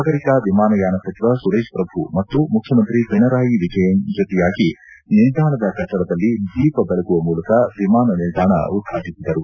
ನಾಗರಿಕ ವಿಮಾನಯಾನ ಸಚಿವ ಸುರೇಶ್ ಪ್ರಭು ಮತ್ತು ಮುಖ್ಯಮಂತ್ರಿ ಪಿಣರಾಯಿ ವಿಜಯನ್ ಜತೆಯಾಗಿ ನಿಲ್ದಾಣದ ಕಟ್ಟಡದಲ್ಲಿ ದೀಪ ದೆಳಗುವ ಮೂಲಕ ವಿಮಾನ ನಿಲ್ಲಾಣ ಉದ್ವಾಟಿಸಿದರು